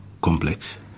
complex